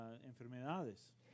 enfermedades